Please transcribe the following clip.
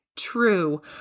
true